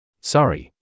Sorry